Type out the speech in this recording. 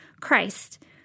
Christ